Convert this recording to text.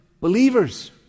believers